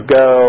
go